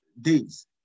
days